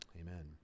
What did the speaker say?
Amen